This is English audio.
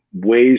ways